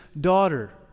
daughter